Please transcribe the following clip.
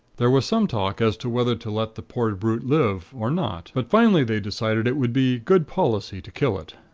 there was some talk as to whether to let the poor brute live, or not but finally they decided it would be good policy to kill it.